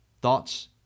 Thoughts